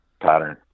Pattern